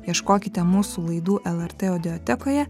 ieškokite mūsų laidų lrt audiotekoje